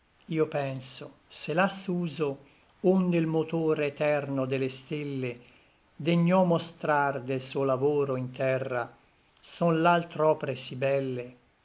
io penso se là suso onde l motor eterno de le stelle degnò mostrar del suo lavoro in terra son l'altr'opre sí belle